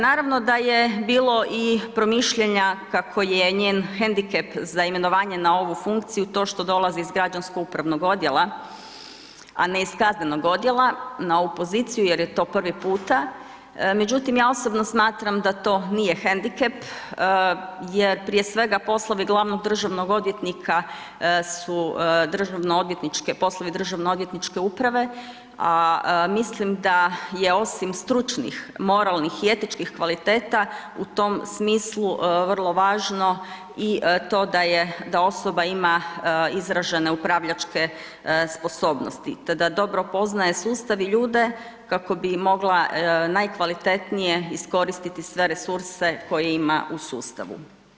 Naravno da je bilo i promišljanja kako je njen hendikep za imenovanje na ovu funkciju to što dolazi iz građansko upravnog odjela, a ne iz kaznenog odjela na ovu poziciju jer je to prvi puta, međutim ja osobno smatram da to nije hendikep jer prije svega poslovi glavnog državnog odvjetnika su poslovi državno odvjetničke uprave, a mislim da je osim stručnih, moralnih i etičkih kvaliteta u tom smislu vrlo važno i to da osoba ima izražene upravljačke sposobnosti te da dobro poznaje sustav i ljude kako bi mogla najkvalitetnije iskoristiti sve resurse koje ima u sustavu.